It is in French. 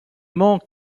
mont